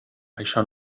això